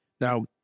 Now